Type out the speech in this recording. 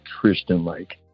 Christian-like